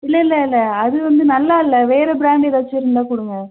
இல்லை இல்லை இல்லை அது வந்து நல்லாயில்ல வேறு பிராண்ட் ஏதாச்சும் இருந்தால் கொடுங்க